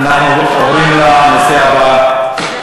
נעבור להצעות לסדר-היום בנושא,